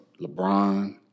LeBron